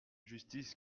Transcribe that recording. justice